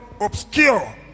obscure